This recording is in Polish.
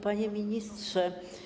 Panie Ministrze!